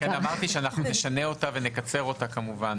אמרתי שאנחנו נשנה אותה ונקצר אותה כמובן